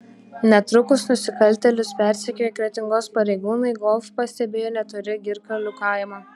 netrukus nusikaltėlius persekioję kretingos pareigūnai golf pastebėjo netoli girkalių kaimo